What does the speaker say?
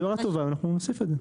זו הערה טובה, נוסיף את זה.